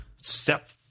step